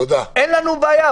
אין לנו בעיה,